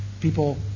people